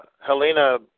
Helena